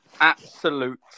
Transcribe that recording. absolute